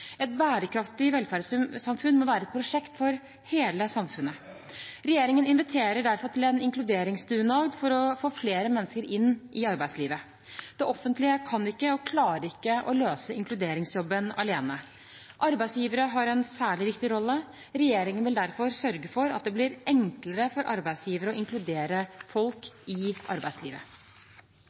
Et bærekraftig velferdssamfunn må være et prosjekt for hele samfunnet. Regjeringen inviterer derfor til en inkluderingsdugnad for å få flere mennesker inn i arbeidslivet. Det offentlige kan ikke og klarer ikke å løse inkluderingsjobben alene. Arbeidsgivere har en særlig viktig rolle. Regjeringen vil derfor sørge for at det blir enklere for arbeidsgivere å inkludere folk i arbeidslivet.